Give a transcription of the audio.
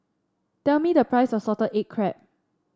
tell me the price of Salted Egg Crab